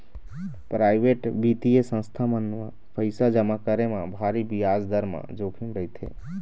private बित्तीय संस्था मन म पइसा जमा करे म भारी बियाज दर म जोखिम रहिथे